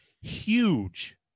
huge